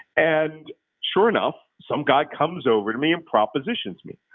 and sure enough, some guy comes over to me and propositions me.